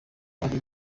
ari